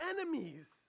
enemies